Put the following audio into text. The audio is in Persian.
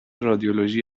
رادیولوژی